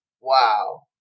Wow